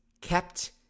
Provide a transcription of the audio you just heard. kept